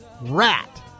Rat